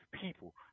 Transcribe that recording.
people